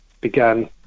began